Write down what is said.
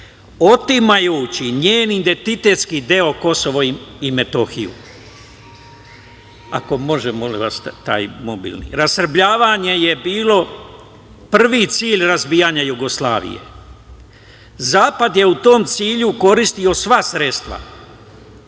otimajući njen identitetski deo Kosovo i Metohiju. Rasrbljavanje je bilo prvi cilj razbijanja Jugoslavije. Zapad je u tom cilju koristio sva sredstva,